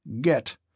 Get